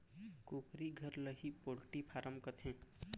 कुकरी घर ल ही पोल्टी फारम कथें